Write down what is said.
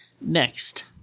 Next